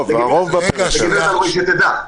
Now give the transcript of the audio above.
תודה.